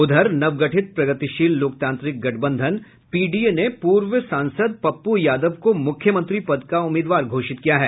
उधर नवगठित प्रगतिशील लोकतांत्रिक गठबंधन पीडीए ने पूर्व सांसद पप्पू यादव को मुख्यमंत्री पद का उम्मीदवार घोषित किया है